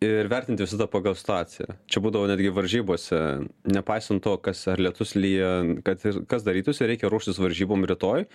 ir vertinti visada pagal situaciją čia būdavo netgi varžybose nepaisant to kas ar lietus lyja kad ir kas darytųsi reikia ruoštis varžybom rytoj